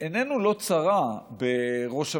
עינינו לא צרה בראש הממשלה.